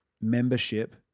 membership